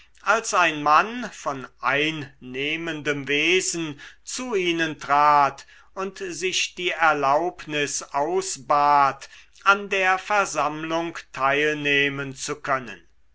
als ein mann von einnehmendem wesen zu ihnen trat und sich die erlaubnis ausbat an der versammlung teilnehmen zu können